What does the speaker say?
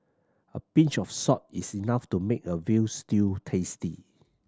a pinch of salt is enough to make a veal stew tasty